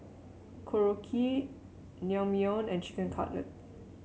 Korokke Naengmyeon and Chicken Cutlet